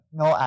no